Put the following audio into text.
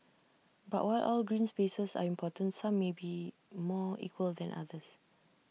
but while all green spaces are important some may be more equal than others